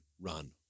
run